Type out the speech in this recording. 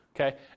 okay